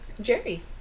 Jerry